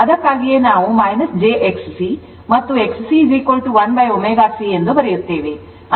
ಅದಕ್ಕಾಗಿಯೇ ನಾವು jXC ಮತ್ತು XC 1 j ω C ಎಂದು ಬರೆಯುತ್ತೇವೆ